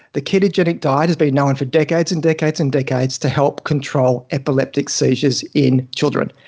the ketogenic diet has been known for decades and decades and decades to help control epileptic seizures in children.